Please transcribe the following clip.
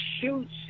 shoots